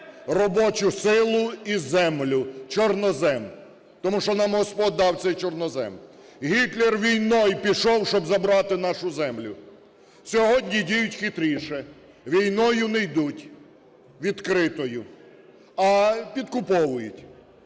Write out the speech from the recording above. Робочу силу і землю, чорнозем. Тому що нам Господь дав цей чорнозем. Гітлер війною пішов, щоб забрати нашу землю. Сьогодні діють хитріше: війною не йдуть відкритою, а підкуповують,